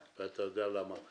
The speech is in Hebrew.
ואתה יודע למה,